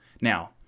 Now